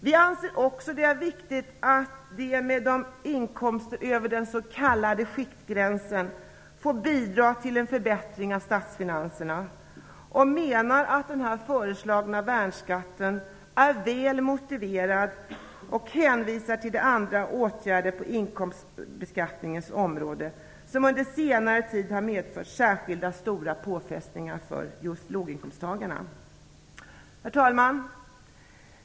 Vi anser också att det är viktigt att de med inkomster över den s.k. skiktgränsen får bidra till en förbättring av statsfinanserna och menar att den föreslagna värnskatten är väl motiverad och hänvisar till andra åtgärder på inkomstbeskattningens område som under senare tid har medfört särskilda påfrestningar för låginkomsttagare. Herr talman!